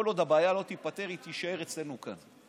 כל עוד הבעיה לא תיפתר היא תישאר אצלנו, כאן.